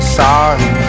sorry